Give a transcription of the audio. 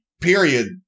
period